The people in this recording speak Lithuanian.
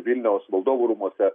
vilniaus valdovų rūmuose